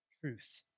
truth